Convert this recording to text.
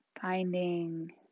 finding